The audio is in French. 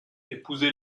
épousé